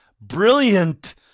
brilliant